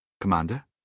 Commander